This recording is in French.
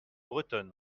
bretonne